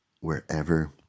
wherever